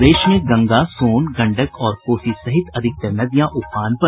प्रदेश में गंगा सोन गंडक और कोसी सहित अधिकतर नदियां उफान पर